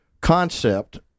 concept